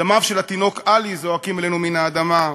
דמיו של התינוק עלי זועקים אלינו מן האדמה,